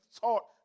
taught